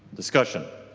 discussion?